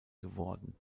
geworden